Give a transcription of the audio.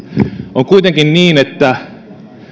on kuitenkin niin että